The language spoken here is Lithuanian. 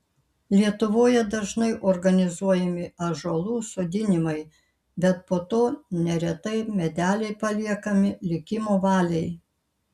lietuvoje dažnai organizuojami ąžuolų sodinimai bet po to neretai medeliai paliekami likimo valiai